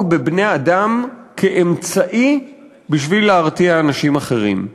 בבני-אדם כאמצעי להרתעת אנשים אחרים.